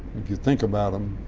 if you think about them